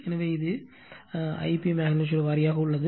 எனவே இது எனது I p மெக்னிட்யூடு வாரியாக உள்ளது